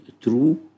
true